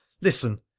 listen